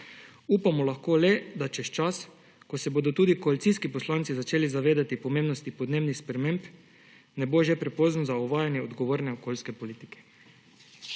upamo lahko le, da čez čas, ko se bodo tudi koalicijski poslanci začeli zavedati pomembnosti podnebnih sprememb, ne bo že prepozno za uvajanje odgovorne okoljske politike.